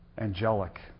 Angelic